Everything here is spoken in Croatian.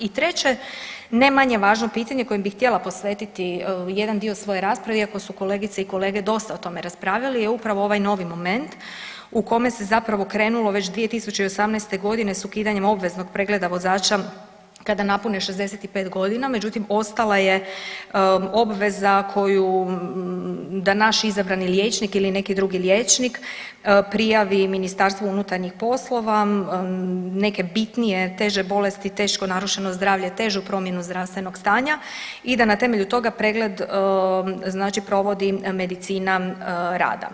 I treće ne manje važno pitanje kojem bih htjela posvetiti jedan dio svoje rasprave iako su kolegice i kolege dosta o tome raspravljali je upravo ovaj novi moment u kome se zapravo krenulo već 2018. godine s ukidanjem obveznog pregleda vozača kada napune 65 godina, međutim ostala je obveza koju da naš izabrani liječnik ili neki drugi liječnik prijavi MUP-u neke bitnije teže bolesti, teško narušeno zdravlje, težu promjenu zdravstvenog stanja i da na temelju toga pregled znači provodi medicina rada.